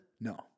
No